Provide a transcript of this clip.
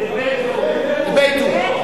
דביתהו,